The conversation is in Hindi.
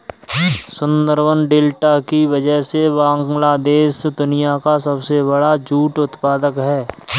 सुंदरबन डेल्टा की वजह से बांग्लादेश दुनिया का सबसे बड़ा जूट उत्पादक है